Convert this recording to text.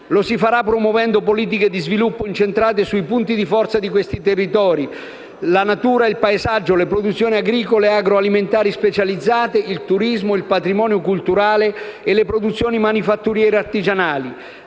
lo si farà promuovendo politiche di sviluppo incentrate sui punti di forza di questi territori che sono la natura e il paesaggio, le produzioni agricole e agroalimentari specializzate, il turismo, il patrimonio culturale e le produzioni manifatturiere artigianali.